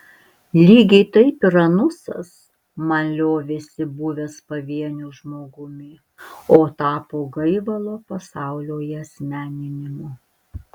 lygiai taip ir anusas man liovėsi buvęs pavieniu žmogumi o tapo gaivalo pasaulio įasmeninimu